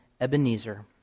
Ebenezer